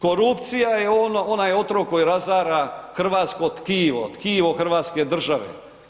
Korupcija je onaj otrov koji razara hrvatsko tkivo, tkivo hrvatske država.